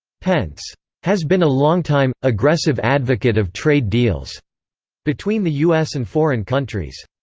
pence has been a longtime, aggressive advocate of trade deals between the u s. and foreign countries.